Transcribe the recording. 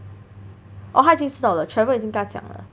oh 他已经知道了 Trevor 已经跟他讲了